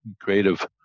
creative